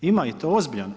Ima i to ozbiljan.